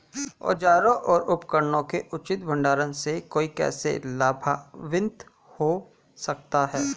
औजारों और उपकरणों के उचित भंडारण से कोई कैसे लाभान्वित हो सकता है?